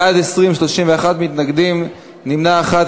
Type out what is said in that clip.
בעד, 20, 31 מתנגדים, נמנע אחד.